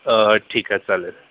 अं ठिक आहे चालेल